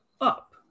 up